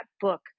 book